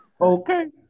Okay